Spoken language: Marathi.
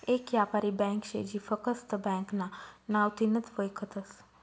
येक यापारी ब्यांक शे जी फकस्त ब्यांकना नावथीनच वयखतस